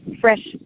fresh